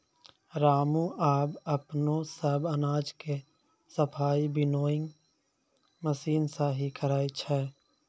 रामू आबॅ अपनो सब अनाज के सफाई विनोइंग मशीन सॅ हीं करै छै